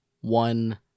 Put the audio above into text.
one